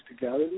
together